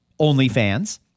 OnlyFans